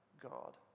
God